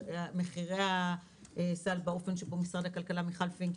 מחירי הסל באופן שבו משרד הכלכלה מיכל פינק,